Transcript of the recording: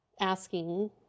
asking